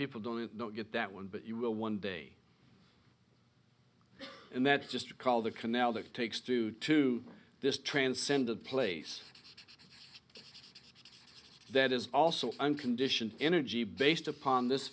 people don't know get that one but you will one day and that's just call the canal that takes two to this transcendent place that is also unconditioned energy based upon this